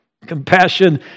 Compassion